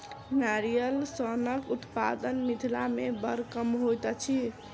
नारियल सोनक उत्पादन मिथिला मे बड़ कम होइत अछि